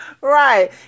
Right